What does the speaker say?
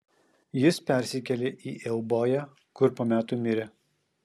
jis persikėlė į euboją kur po metų mirė